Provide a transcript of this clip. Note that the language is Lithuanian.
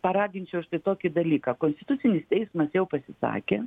paraginčiau štai tokį dalyką konstitucinis teismas jau pasisakė